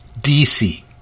DC